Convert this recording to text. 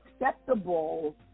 acceptable